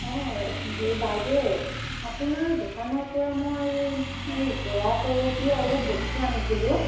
অঁ এ বাইদেউ আপোনাৰ দোকানৰ পৰা মই এ এই যোৱা পৰহি অলপ বস্তু আনিছিলোঁ